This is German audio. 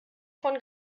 von